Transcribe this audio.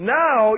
now